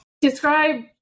describe